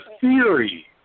theory